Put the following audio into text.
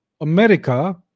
America